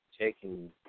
taking